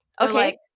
Okay